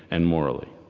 and morally.